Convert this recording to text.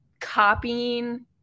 copying